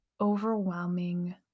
overwhelming